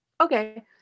Okay